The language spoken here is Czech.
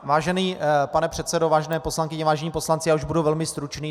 Vážený pane předsedo, vážené poslankyně, vážení poslanci, já už budu velmi stručný.